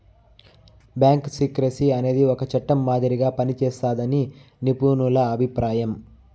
bank secrecy అనేది ఒక చట్టం మాదిరిగా పనిజేస్తాదని నిపుణుల అభిప్రాయం